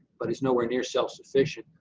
but is nowhere nowhere self-sufficient.